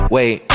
Wait